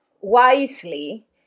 wisely